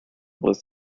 was